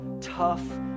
tough